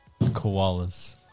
koalas